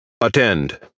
attend